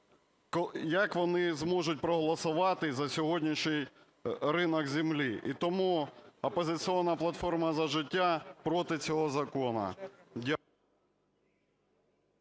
як вони зможуть проголосувати за сьогоднішній ринок землі. І тому "Опозиційна платформа - За життя" проти цього закону.